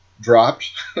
dropped